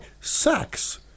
Sex